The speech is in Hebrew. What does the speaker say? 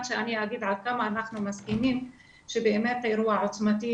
שאגיד עד כמה אנחנו מסכימים שבאמת האירוע עוצמתי,